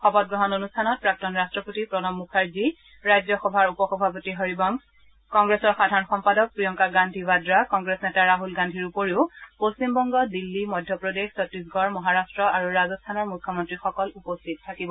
শপতগ্ৰহণ অনুষ্ঠানত প্ৰাক্তন ৰাট্টপতি প্ৰণৰ মুখাৰ্জী ৰাজ্যসভাৰ উপসভাপতি হৰিবংশ কংগ্ৰেছৰ সাধাৰণ সম্পাদক প্ৰিয়ংকা গান্ধী ৱাদ্ৰা কংগ্ৰেছ নেতা ৰাহুল গান্ধীৰ উপৰি পশ্চিমবংগ দিল্লী মধ্যপ্ৰদেশ চট্টিশগড় মহাৰাট্ট আৰু ৰাজস্থানৰ মুখ্যমন্ত্ৰীসকল উপস্থিত থাকিব